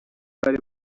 bari